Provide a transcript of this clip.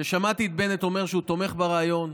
ששמעתי את בנט אומר שהוא תומך ברעיון.